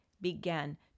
began